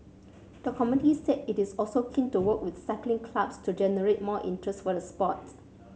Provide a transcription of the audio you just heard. the committee said it is also keen to work with cycling clubs to generate more interest for the sports